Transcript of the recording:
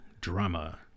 drama